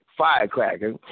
Firecracker